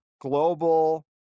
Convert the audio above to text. global